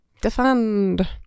Defend